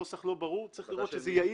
הנוסח לא ברור וצריך לראות שזה יעיל.